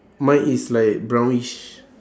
mine is like brownish